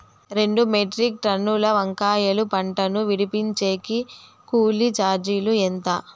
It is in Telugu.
రెండు మెట్రిక్ టన్నుల వంకాయల పంట ను విడిపించేకి కూలీ చార్జీలు ఎంత?